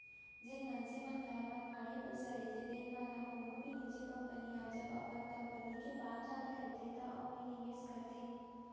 जेन मनसे मन करा मनमाड़े पइसा रहिथे तेन मन ह कोनो भी निजी कंपनी ह जब अपन कंपनी के बांड जारी करथे त ओमा निवेस करथे